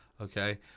okay